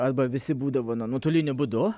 arba visi būdavo na nuotoliniu būdu